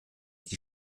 die